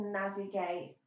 navigate